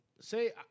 Say